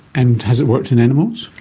and has it worked in animals?